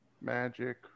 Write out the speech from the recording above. magic